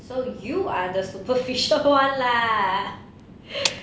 so you are the superficial [one] lah